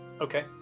Okay